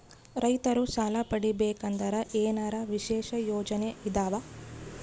ರೈತರು ಸಾಲ ಪಡಿಬೇಕಂದರ ಏನರ ವಿಶೇಷ ಯೋಜನೆ ಇದಾವ?